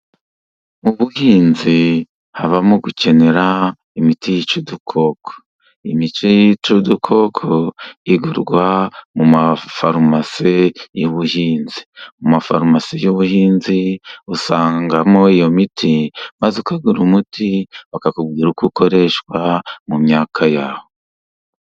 Mu buhinzi habamo gukenera imiti yica udukoko, imiti yica udukoko igurwa mu ma farumasi y'ubuhinzi. Mu mafarumasi y'ubuhinzi usangamo iyo miti maze ukagura umuti , bakakubwira uko ukoreshwa mu myaka yawe.